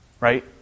Right